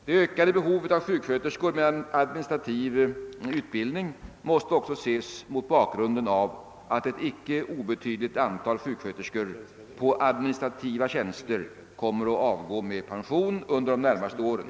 Det ökade behovet av sjuksköterskor med administrativ utbildning måste också ses mot bakgrund av att ett icke obetydligt antal sjuksköterskor på administrativa tjänster kommer att avgå med pension under de närmaste åren.